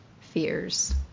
fears